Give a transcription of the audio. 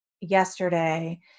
yesterday